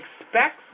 expects